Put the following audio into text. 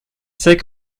c’est